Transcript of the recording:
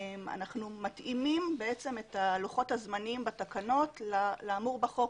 אנחנו מתאימים את לוחות הזמנים בתקנות לאמור בחוק.